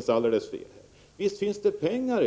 storföretagen. Visst finns det pengar.